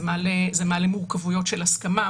זה מעלה מלא מורכבויות של הסכמה,